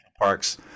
Parks